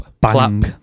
Bang